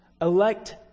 elect